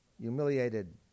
humiliated